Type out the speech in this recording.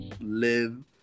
live